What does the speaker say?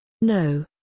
No